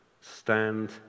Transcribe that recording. stand